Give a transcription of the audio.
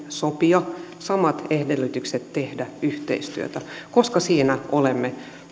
sopia samat edellytykset tehdä yhteistyötä siinä olemme